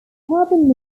produce